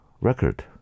record